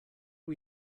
are